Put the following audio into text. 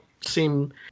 seem